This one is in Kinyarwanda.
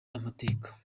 amateka